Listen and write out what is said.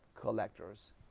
collectors